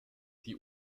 die